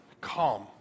calm